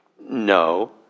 no